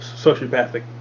sociopathic